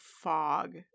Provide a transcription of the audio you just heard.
fog